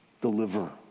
deliver